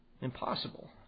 Impossible